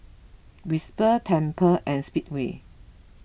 Whisper Tempur and Speedway